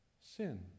sin